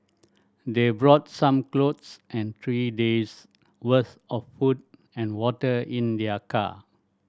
they brought some clothes and three days worth of food and water in their car